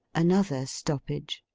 another stoppage.